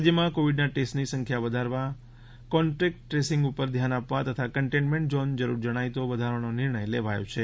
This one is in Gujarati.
રાજ્યમાં કોવિડના ટેસ્ટની સંખ્યા વધારવા કોન્ટેક્ટ ટ્રેસિંગ ઉપર ધ્યાન આપવા તથા કન્ટેનમેન્ટ ઝોન જરૃર જણાય તો વધારવાનો નિર્ણય લેવાયો છે